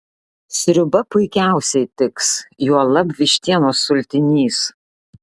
sriuba puikiausiai tiks juolab vištienos sultinys